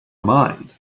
mind